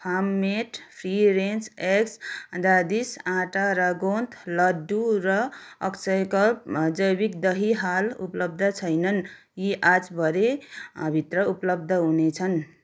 farm made free range eggs Dadi's आँटा र गोन्द लड्डू र अक्षयकल्प जैविक दही हाल उपलब्ध छैनन् यी आ भरेभित्र उपलब्ध हुनेछन्